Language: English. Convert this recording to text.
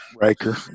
Riker